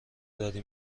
داری